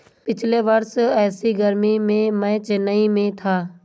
पिछले वर्ष ऐसी गर्मी में मैं चेन्नई में था